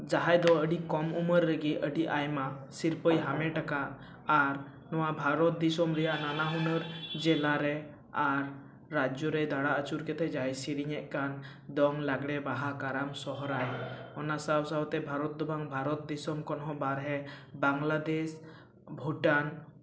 ᱡᱟᱦᱟᱸᱭ ᱫᱚ ᱟᱹᱰᱤ ᱠᱚᱢ ᱩᱢᱮᱨ ᱨᱮᱜᱮ ᱟᱹᱰᱤ ᱟᱭᱢᱟ ᱥᱤᱨᱯᱟᱹᱭ ᱦᱟᱢᱮᱴ ᱠᱟᱜ ᱟᱨ ᱱᱚᱣᱟ ᱵᱷᱟᱨᱚᱛ ᱫᱤᱥᱚᱢ ᱨᱮᱭᱟᱜ ᱱᱟᱱᱟ ᱦᱩᱱᱟᱹᱨ ᱡᱮᱞᱟᱨᱮ ᱟᱨ ᱨᱟᱡᱽᱡᱚ ᱨᱮ ᱫᱟᱬᱟ ᱟᱹᱪᱩᱨ ᱠᱟᱛᱮᱜ ᱡᱟᱭ ᱥᱮᱨᱮᱧᱮᱜ ᱠᱟᱱ ᱫᱚᱝ ᱞᱟᱜᱽᱲᱮ ᱵᱟᱦᱟ ᱠᱟᱨᱟᱢ ᱥᱚᱨᱦᱟᱭ ᱚᱱᱟ ᱥᱟᱶ ᱥᱟᱶᱛᱮ ᱵᱷᱟᱨᱚᱛ ᱫᱚ ᱵᱟᱝ ᱵᱷᱟᱨᱚᱛ ᱫᱤᱥᱚᱢ ᱠᱷᱚᱱ ᱦᱚᱸ ᱵᱟᱦᱨᱮ ᱵᱟᱝᱞᱟᱫᱮᱥ ᱵᱷᱩᱴᱟᱱ